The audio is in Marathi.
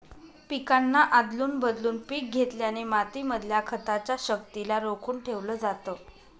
पिकांना आदलून बदलून पिक घेतल्याने माती मधल्या खताच्या शक्तिला रोखून ठेवलं जातं